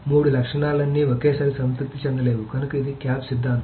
మూడు లక్షణాలన్నీ ఒకేసారి సంతృప్తి చెందలేవు కనుక ఇది క్యాప్ సిద్ధాంతం